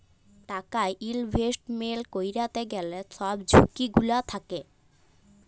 টাকা ইলভেস্টমেল্ট ক্যইরতে গ্যালে ছব ঝুঁকি গুলা থ্যাকে